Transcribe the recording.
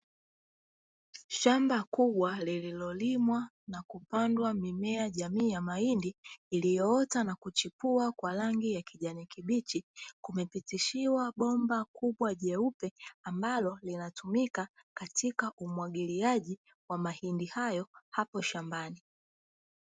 Shamba kubwa lililolimwa na kupandwa mimea jamii ya mahindi iliyoota na kuchipua kwa rangi ya kijani kibichi kumepitishiwa bomba kubwa jeupe ambalo linatumika katika umwagiliaji wa mahindi hayo hapo shambani.